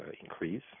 increase